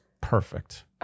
perfect